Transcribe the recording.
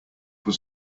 was